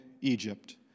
Egypt